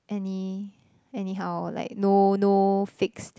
any anyhow like no no fixed